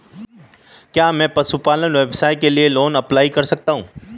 क्या मैं पशुपालन व्यवसाय के लिए लोंन अप्लाई कर सकता हूं?